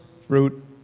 fruit